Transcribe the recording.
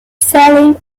selling